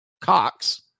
Cox